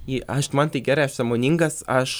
jį aš man tai gerai aš sąmoningas aš